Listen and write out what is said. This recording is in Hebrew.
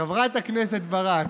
חברת הכנסת ברק,